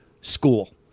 school